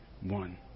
one